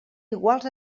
iguals